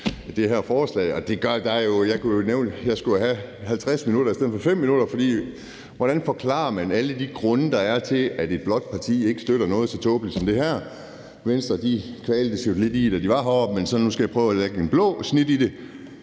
det her forslag. Jeg skulle jo have 50 minutter i stedet for 5 minutter, for hvordan forklarer man alle de grunde, der er, til, at et blåt parti ikke støtter noget så tåbeligt som det her? Venstre kvaltes jo lidt i det, da de var heroppe, så nu skal jeg prøve at lægge et blåt snit i det.